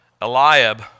Eliab